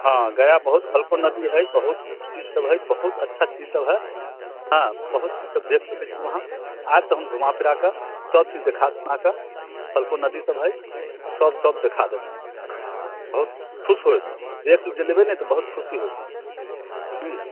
हँ गया बहुत फल्गु नदी हय बहुत चीज सभ हय बहुत अच्छा चीज सभ हय हँ बहुत किछु देखि सकैत छी उहाँ आउ तऽ हम घुमा फिरा कऽ सभचीज देखा सुना कऽ फल्गु नदी सभ हय ओ सभ सभ देखा देब हम बहुत खुश होएब एक बेर जे एबै ने बहुत खुशी होयत हूँ